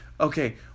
Okay